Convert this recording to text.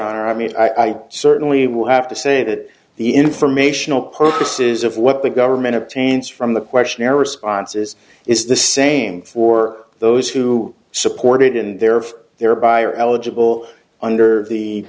honor i mean i certainly will have to say that the informational purposes of what the government obtains from the questionnaire responses is the same for those who supported in their for their buyer eligible under the